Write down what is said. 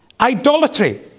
Idolatry